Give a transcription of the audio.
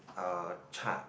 uh charge